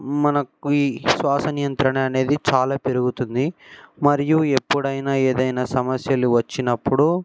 మనకు ఈ శ్వాస నియంత్రణ అనేది చాలా పెరుగుతుంది మరియు ఎప్పుడైనా ఏదైనా సమస్యలు వచ్చినప్పుడు